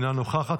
אינה נוכחת.